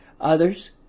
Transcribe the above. others